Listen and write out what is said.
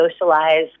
socialize